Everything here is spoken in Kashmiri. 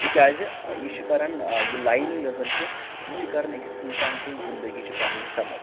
تِکیازِ یہِ چھِ کَران یہِ لایِن یۄس زَن چھِ یہِ چھِ کَران أکِس اِنسان سٕنٛز زِندٕگی چھِ کَران یہِ سَم اَپ